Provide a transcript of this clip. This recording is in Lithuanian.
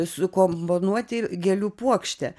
sukomponuoti gėlių puokštę